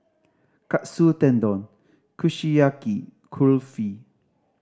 Katsu Tendon Kushiyaki Kulfi